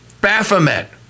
Baphomet